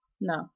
No